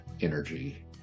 energy